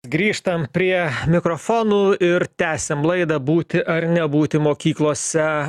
grįžtam prie mikrofonų ir tęsiam laidą būti ar nebūti mokyklose